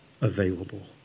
available